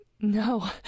No